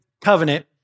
covenant